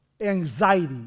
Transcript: anxiety